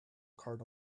cart